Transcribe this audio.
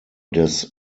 des